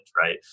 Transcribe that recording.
right